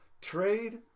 Trade